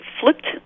flipped